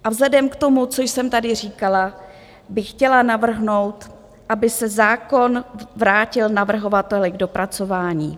A vzhledem k tomu, co jsem tady říkala, bych chtěla navrhnout, aby se zákon vrátil navrhovateli k dopracování.